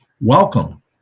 Welcome